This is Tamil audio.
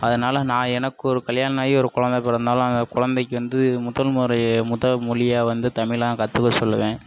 அதனால நான் எனக்கு ஒரு கல்யாணம் ஆகி ஒரு குழந்த பிறந்தாலும் அந்த குழந்தைக்கி வந்து முதல் முறை முதல் மொழியாக வந்து தமிழைதான் கற்றுக்க சொல்லுவேன்